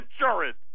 insurance